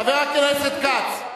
חבר הכנסת כץ,